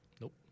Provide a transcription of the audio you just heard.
nope